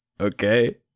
Okay